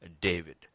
David